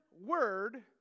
word